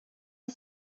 est